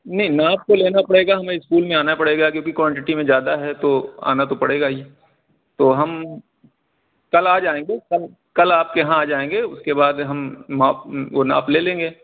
نہیں ناپ تو لینا پڑے گا ہمیں اسکول میں آنا پڑے گا کیونکہ کوانٹیٹی میں زیادہ ہے تو آنا تو پڑے گا ہی تو ہم کل آ جائیں گے کل کل آپ کے یہاں آ جائیں گے اس کے بعد ہم ماپ وہ ناپ لے لیں گے